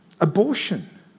abortion